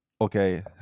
okay